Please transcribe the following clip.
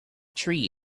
tree